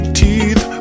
teeth